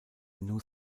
news